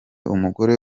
umugore